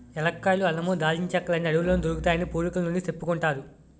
ఏలక్కాయలు, అల్లమూ, దాల్చిన చెక్కలన్నీ అడవిలోనే దొరుకుతాయని పూర్వికుల నుండీ సెప్పుకుంటారు